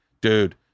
dude